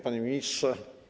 Panie Ministrze!